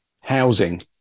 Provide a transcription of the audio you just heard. housing